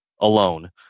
alone